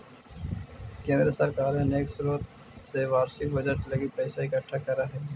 केंद्र सरकार अनेक स्रोत से वार्षिक बजट लगी पैसा इकट्ठा करऽ हई